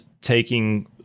taking